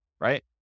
right